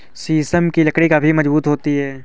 शीशम की लकड़ियाँ काफी मजबूत होती हैं